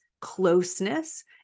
closeness